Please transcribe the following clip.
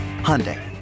Hyundai